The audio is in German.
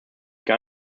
gar